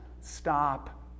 stop